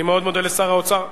אני מאוד מודה לשר האוצר.